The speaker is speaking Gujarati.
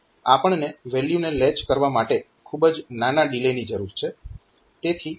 આપણને વેલ્યુને લેચ કરવા માટે ખૂબ જ નાના ડીલેની જરૂર છે તેથી આપણે અહીં P3